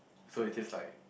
so it taste like